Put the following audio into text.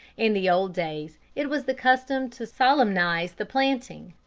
in the old days it was the custom to solemnize the planting,